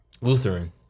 Lutheran